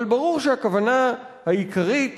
אבל ברור שהכוונה העיקרית